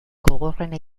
gogorrena